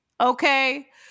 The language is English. Okay